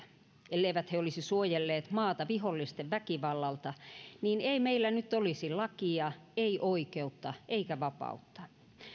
elleivät he olisi suojelleet maata vihollisten väkivallalta niin ei meillä nyt olisi lakia ei oikeutta eikä vapautta